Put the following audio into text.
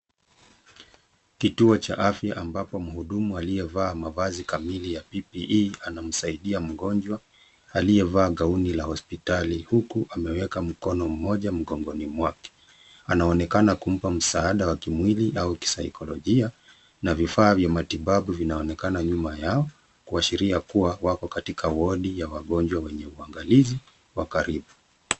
Kituo cha afya ambapo mhudumu aliyevaa mavazi kamili ya PPE anamsaidia mgonjwa aliyevaa gauni la hospitali huku ameweka mkono mmoja mgongoni mwake. Anaonekana kumpa msaada wa kimwili au kisaikolojia na vifaa vya matibabu vinaonekana nyuma yao kuashiria kuwa wako katika wodi ya wagonjwa wenye uangalizi wa karibu.